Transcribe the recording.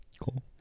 Cool